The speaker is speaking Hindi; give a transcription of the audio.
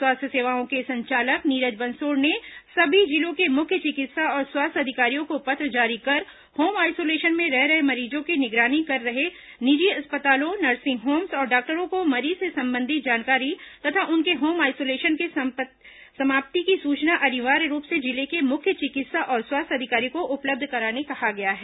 स्वास्थ्य सेवाओं के संचालक नीरज बंसोड़ ने सभी जिलों के मुख्य चिकित्सा और स्वास्थ्य अधिकारियों को पत्र जारी कर होम आइसोलेशन में रह रहे मरीजों की निगरानी कर रहे निजी अस्पतालों नर्सिंग होम्स और डॉक्टरों को मरीज से संबंधित जानकारी तथा उनके होम आइसोलेशन के समाप्ति की सूचना अनिवार्य रूप से जिले के मुख्य चिकित्सा और स्वास्थ्य अधिकारी को उपलब्ध कराने कहा गया है